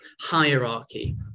hierarchy